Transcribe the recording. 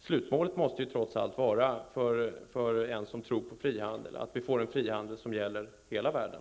Slutmålet för en som tror på frihandel måste trots allt vara en frihandel som gäller för hela världen.